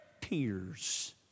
Tears